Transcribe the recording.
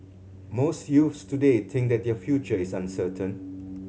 most youths today think that their future is uncertain